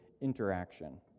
interaction